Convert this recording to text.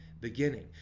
beginning